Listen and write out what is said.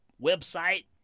website